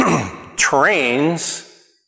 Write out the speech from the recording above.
trains